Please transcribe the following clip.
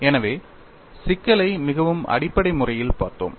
எனவே சிக்கலை மிகவும் அடிப்படை முறையில் பார்த்தோம்